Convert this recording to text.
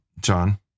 John